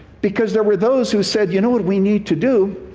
because there were those who said, you know what we need to do?